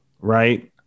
right